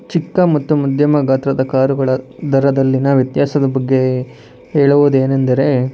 ಚಿಕ್ಕ ಮತ್ತು ಮಧ್ಯಮ ಗಾತ್ರದ ಕಾರುಗಳ ದರದಲ್ಲಿನ ವ್ಯತ್ಯಾಸದ ಬಗ್ಗೆ ಹೇಳುವುದೇನೆಂದರೆ